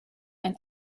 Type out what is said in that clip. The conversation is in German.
ein